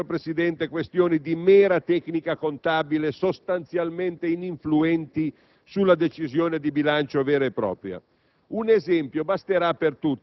Non sembrino queste, signor Presidente, questioni di mera tecnica contabile, sostanzialmente ininfluenti sulla decisione di bilancio vera e propria.